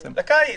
לקיץ.